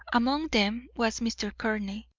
among them was mr. courtney,